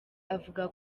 avuga